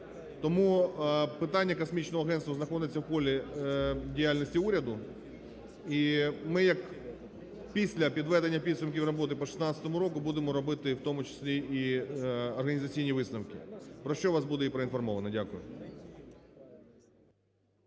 Тому питання космічного агентства знаходиться у полі діяльності уряду, і ми як після підведення підсумків роботи по 2016 року будемо робити, в тому числі і організаційні висновки. Про що вас буде і проінформовано. Дякую.